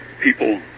People